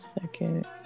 Second